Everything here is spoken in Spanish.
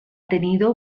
tenido